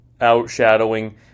outshadowing